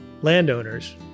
landowners